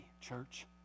church